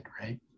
Right